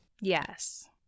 Yes